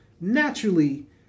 naturally